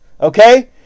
Okay